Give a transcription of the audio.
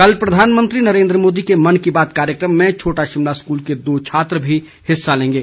बातचीत कल प्रधानमंत्री नरेंद्र मोदी के मन की बात कार्यक्रम में छोटा शिमला स्कूल के दो छात्र भी हिस्सा लेंगे